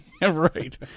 Right